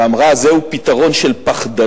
והיא אמרה: זהו פתרון של פחדנים,